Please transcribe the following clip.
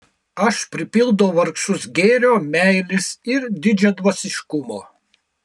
aš pripildau vargšus gėrio meilės ir didžiadvasiškumo